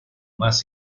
más